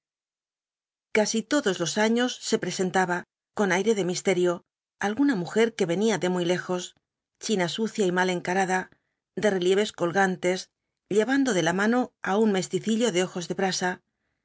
casi todos los años se presentaba con aire de misterio alguna mujer que venía de muy lejos china sucia y mal encarada de relieves colgantes llevando de la mano á un raesticillo de ojos de brasa